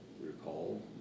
recall